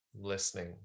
listening